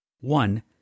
One